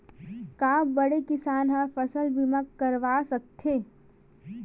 का बड़े किसान ह फसल बीमा करवा सकथे?